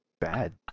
bad